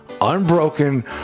Unbroken